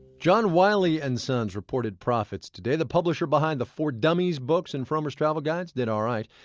john wiley and sons reports profits today. the publisher behind the for dummies books and frommer's travel guides did all right.